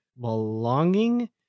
Belonging